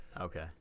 okay